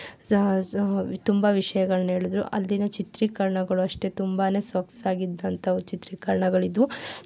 ತುಂಬ ವಿಷಯಗಳನ್ನು ಹೇಳಿದ್ರೂ ಅಲ್ಲಿನ ಚಿತ್ರೀಕರಣಗಳು ಅಷ್ಟೇ ತುಂಬನೇ ಸೊಗಸಾಗಿದ್ದಂಥವು ಚಿತ್ರೀಕರಣಗಳಿದ್ವು